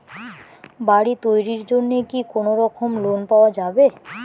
বাড়ি তৈরির জন্যে কি কোনোরকম লোন পাওয়া যাবে?